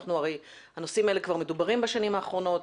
הרי הנושאים האלה כבר מדוברים בשנים האחרונות.